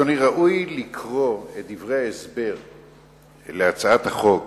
אדוני, ראוי לקרוא את דברי ההסבר להצעת החוק